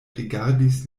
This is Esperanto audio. rigardis